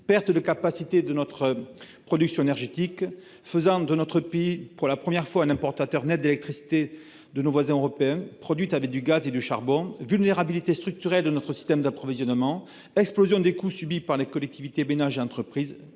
de notre capacité de production énergétique, faisant de notre pays, pour la première fois, un importateur net d'électricité de nos voisins européens, produite avec du gaz et du charbon ; vulnérabilité structurelle de notre approvisionnement ; explosion des coûts subis par les collectivités, les ménages et les entreprises